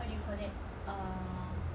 what do you call that ah